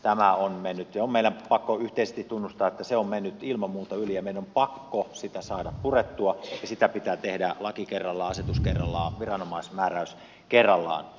tämä on mennyt se on meidän pakko yhteisesti tunnustaa ilman muuta yli ja meidän on pakko sitä saada purettua ja sitä pitää tehdä laki kerrallaan asetus kerrallaan viranomaismääräys kerrallaan